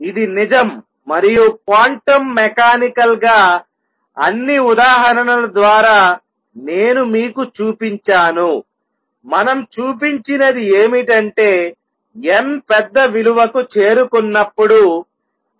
ఇది నిజం మరియు క్వాంటం మెకానికల్ గా అని ఉదాహరణల ద్వారా నేను మీకు చూపించాను మనం చూపించినది ఏమిటంటే n పెద్ద విలువకు చేరుకున్నప్పుడు Eh→τclassical